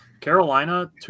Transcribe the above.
Carolina